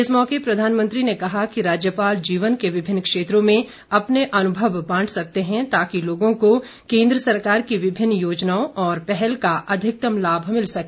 इस मौके प्रधानमंत्री ने कहा कि राज्यपाल जीवन के विभिन्न क्षेत्रों में अपने अनुभव बांट सकते हैं ताकि लोगों को केन्द्र सरकार की विभिन्न योजनाओं और पहल का अधिकतम लाभ मिल सके